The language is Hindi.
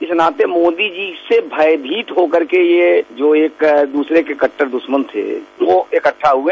इस नाते मोदी जी से भयभीत होकर के यह जो एक द्रसरे के कट्टर दुश्मन थे वह इकट्ठा हुए